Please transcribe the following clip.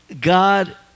God